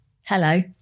Hello